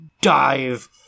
dive